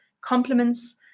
compliments